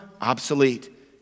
obsolete